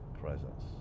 presence